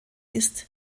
ist